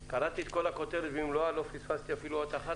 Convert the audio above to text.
קראתי את הכותרת במלואה לא פספסתי אפילו אות אחרת,